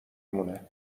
مونه